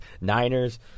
Niners